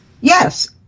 Yes